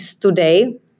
today